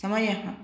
समयः